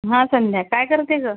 हा संध्या काय करते ग